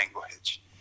language